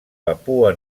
papua